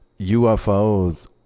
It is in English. ufos